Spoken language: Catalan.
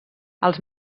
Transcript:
als